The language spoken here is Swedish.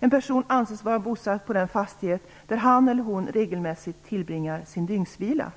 En person anses vara bosatt på den fastighet, där han eller hon regelmässigt tillbringar sin dygnsvila.